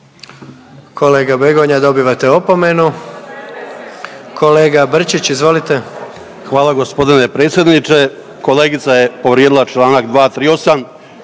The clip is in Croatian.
Kolega Begonja, dobivate opomenu. Kolega Brčić, izvolite. **Brčić, Luka (HDZ)** Hvala g. predsjedniče, kolegica je povrijedila čl. 238..